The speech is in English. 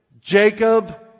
Jacob